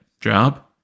job